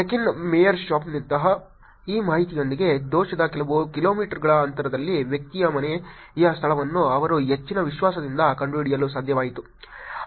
check in ಮೇಯರ್ಶಿಪ್ನಂತಹ ಈ ಮಾಹಿತಿಯೊಂದಿಗೆ ದೋಷದ ಕೆಲವು ಕಿಲೋಮೀಟರ್ಗಳ ಅಂತರದಲ್ಲಿ ವ್ಯಕ್ತಿಯ ಮನೆಯ ಸ್ಥಳವನ್ನು ಅವರು ಹೆಚ್ಚಿನ ವಿಶ್ವಾಸದಿಂದ ಕಂಡುಹಿಡಿಯಲು ಸಾಧ್ಯವಾಯಿತು